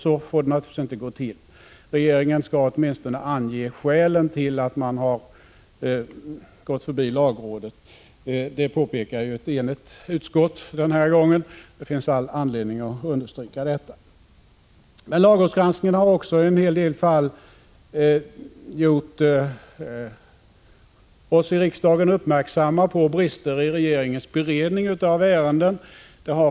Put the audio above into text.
Så får det naturligtvis inte vara. Regeringen skall åtminstone ange skälen till att den har gått förbi lagrådet. Det påpekar ett enigt utskott den här gången, och det finns all anledning att understryka detta. Lagrådsgranskningen har också i en hel del fall gjort oss i riksdagen uppmärksamma på brister i regeringens beredning av ärenden.